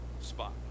spot